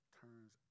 turns